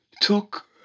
took